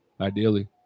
Ideally